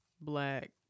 black